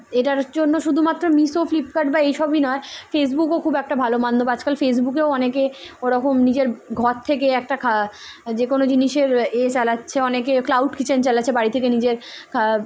এটার জন্য শুধুমাত্র মিশো ফ্লিপকার্ট বা এইসবই নয় ফেসবুকও খুব একটা ভালো মাধ্যম আজকাল ফেসবুকেও অনেকে ওরকম নিজের ঘর থেকে একটা খ যে কোনো জিনিসের এ চালাচ্ছে অনেকে ক্লাউড কিচেন চালাচ্ছে বাড়ি থেকে নিজের